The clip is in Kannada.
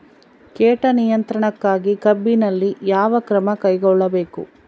ಕೇಟ ನಿಯಂತ್ರಣಕ್ಕಾಗಿ ಕಬ್ಬಿನಲ್ಲಿ ಯಾವ ಕ್ರಮ ಕೈಗೊಳ್ಳಬೇಕು?